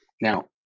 Now